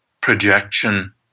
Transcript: projection